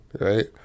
right